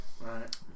Right